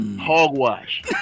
hogwash